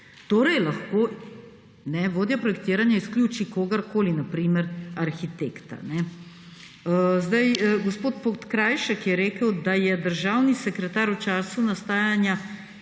Torej lahko vodja projektiranja izključi kogarkoli, na primer arhitekta. Gospod Podkrajšek je rekel, da je državni sekretar v času nastajanja